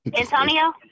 Antonio